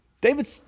David